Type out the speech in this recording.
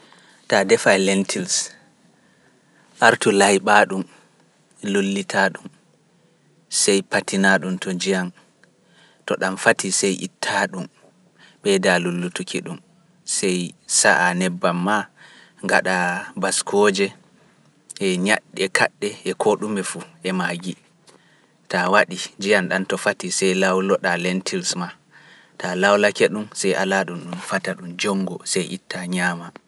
Ta defa e lentils, artu layɓa ɗum, lullita ɗum, sey patina ɗum to njiyan, to ɗam fati sey itta ɗum, ɓeyda lullutuki ɗum, sey sa'a nebbam maa, gaɗa baskooje, e ñaɗɗe kaɗɗe e koo ɗume fu fuu, ema gii, taa waɗi njiyan ɗan to fati sey lawloɗa len tils maa, taa lawlake ɗum sey ala ɗum ɗum fata ɗum jongo, sey itta ñaama.